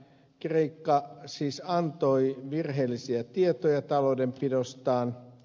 kreikka siis antoi virheellisiä tietoja taloudenpidostaan